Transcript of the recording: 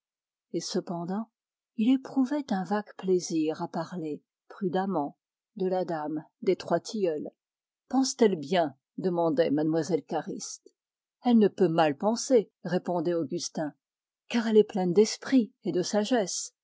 et cependant il éprouvait du plaisir à parler prudemment de la dame des trois tilleuls pense-t-elle bien demandait mlle cariste elle ne peut mal penser répondait augustin car elle est pleine d'esprit et de sagesse